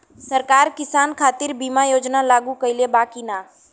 सरकार किसान खातिर बीमा योजना लागू कईले बा की ना?